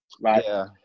right